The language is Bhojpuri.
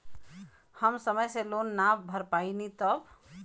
हम समय से लोन ना भर पईनी तब?